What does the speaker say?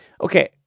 Okay